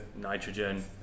nitrogen